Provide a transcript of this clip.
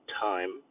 time